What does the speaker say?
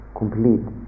complete